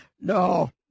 No